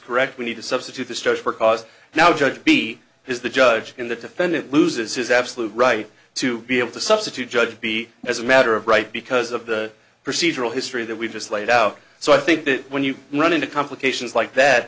correct we need to substitute the stars for cause now judge b is the judge in the defendant loses his absolute right to be able to substitute judge b as a matter of right because of the procedural history that we've just laid out so i think that when you run into complications like that